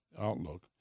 Outlook